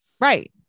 Right